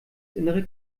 innere